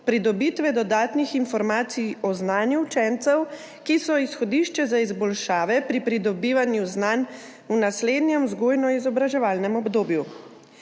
pridobitve dodatnih informacij o znanju učencev, ki so izhodišče za izboljšave pri pridobivanju znanj v naslednjem vzgojno-izobraževalnem obdobju.